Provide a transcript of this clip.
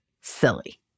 silly